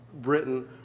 Britain